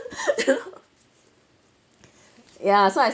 ya so I